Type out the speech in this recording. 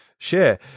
share